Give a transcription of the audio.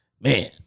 man